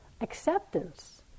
acceptance